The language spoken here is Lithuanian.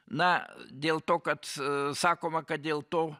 na dėl to kad sakoma kad dėl to